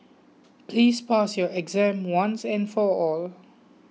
please pass your exam once and for all